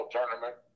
Tournament